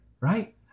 right